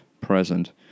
present